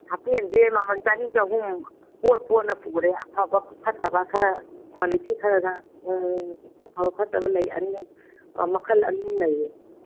ꯍꯥꯞꯄꯦꯟꯁꯦ ꯃꯃꯜ ꯆꯅꯤ ꯑꯍꯨꯝ ꯄꯣꯠ ꯄꯣꯠꯅ ꯄꯨꯔꯦ ꯑꯐꯕ ꯐꯠꯇꯕ ꯈꯔ ꯀ꯭ꯋꯥꯂꯤꯇꯤ ꯈꯔꯒ ꯑꯐꯕ ꯐꯠꯇꯕ ꯂꯩ ꯑꯅꯤ ꯑꯍꯨꯝ ꯃꯈꯟ ꯑꯅꯤ ꯑꯍꯨꯝ ꯂꯩꯌꯦ